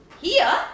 here